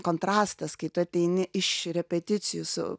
kontrastas kai tu ateini iš repeticijų su